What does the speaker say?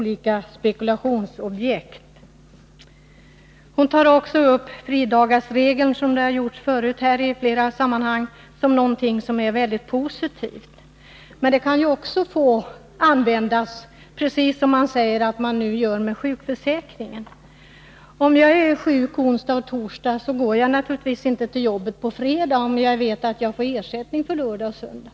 Maj Pehrsson tar upp slopandet av fridagsregeln som något mycket positivt. Det har man också gjort förut i flera sammanhang. Men det kan användas på precis samma sätt som man säger att människor nu gör med sjukförsäkringen. Om jag är sjuk onsdag-torsdag går jag naturligtvis inte till jobbet på fredag, om jag vet att jag får ersättning för lördag-söndag.